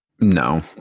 no